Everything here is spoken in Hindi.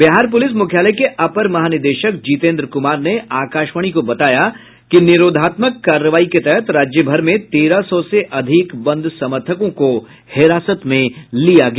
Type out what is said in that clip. बिहार पुलिस मुख्यालय के अपर महानिदेशक जितेन्द्र कुमार ने आकाशवाणी को बताया कि निरोधात्मक कार्रवाई के तहत राज्यभर में तेरह सौ से अधिक बंद समर्थकों को हिरासत में लिया गया